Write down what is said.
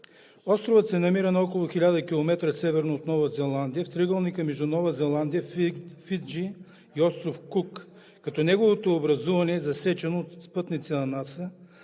Островът се намира на около 1000 км северно от Нова Зеландия – в триъгълника между Нова Зеландия, Фиджи и остров Кук, като неговото образуване е засечено от спътници на НАСА,